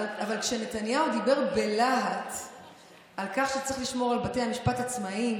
אבל כשנתניהו דיבר בלהט על כך שצריך לשמור על בתי המשפט עצמאיים,